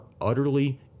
utterly